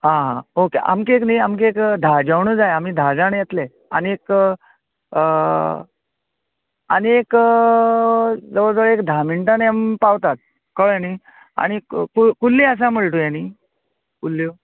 आं ओके आमगे एक न्ही आमगे एक धा जेवणां जाय आमी धा जाण येतले आनीक आनी एक जवळ जवळ धा मिण्टांनी आमी पावतात कळलें न्ही आनीक कुल्ल कुल्ली आसा म्हळें तुयें न्ही कुल्ल्यो